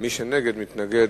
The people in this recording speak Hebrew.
ומי שנגד, מתנגד